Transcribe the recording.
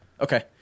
Okay